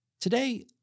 today